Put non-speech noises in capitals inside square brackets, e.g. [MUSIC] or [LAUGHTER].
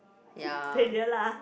[BREATH] failure lah